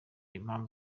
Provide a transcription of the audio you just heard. impamvu